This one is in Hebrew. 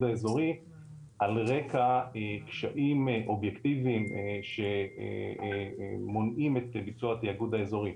האזורי על רקע קשיים אובייקטיבים שמונעים את ביצוע התאגוד האזורי.